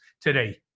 today